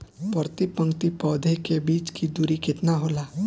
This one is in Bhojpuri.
प्रति पंक्ति पौधे के बीच की दूरी केतना होला?